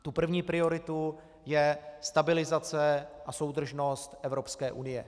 Tou první prioritou je stabilizace a soudržnost Evropské unie.